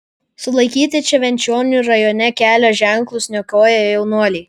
sulaikyti švenčionių rajone kelio ženklus niokoję jaunuoliai